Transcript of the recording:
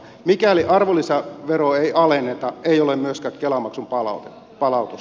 mikäli arvonlisäveroa ei alenneta ei ole myöskään kela maksun palautusta